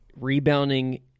rebounding